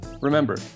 Remember